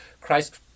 Christ